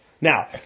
Now